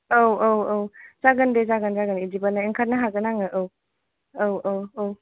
औ औ औ जागोन दे जागोन जागोन बिदिब्लाय ओंखारनो हागोन आङो औ औ औ औ